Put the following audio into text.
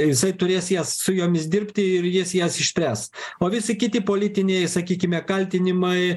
jisai turės jas su jomis dirbti ir jis jas išspręs o visi kiti politiniai sakykime kaltinimai